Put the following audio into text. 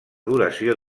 duració